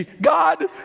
God